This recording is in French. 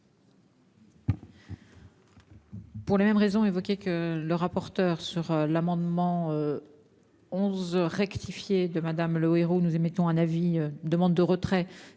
Pour les mêmes raisons évoquées que le rapporteur sur l'amendement. 11 rectifié de Madame Le héros nous émettons un avis demande de retrait